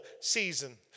season